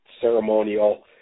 ceremonial